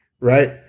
right